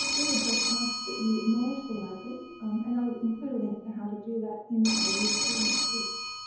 we would just ask that you acknowledge the library and i'll include a link for how to do that in our useful links list.